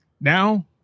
Now